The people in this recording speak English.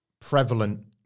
prevalent